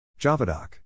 JavaDoc